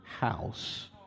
house